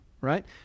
right